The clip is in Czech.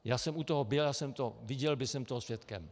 Já jsem u toho byl, já jsem to viděl, byl jsem toho svědkem.